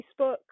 Facebook